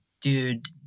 dude